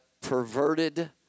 perverted